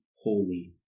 holy